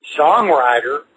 songwriter